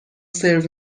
سرو